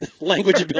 language